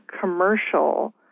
commercial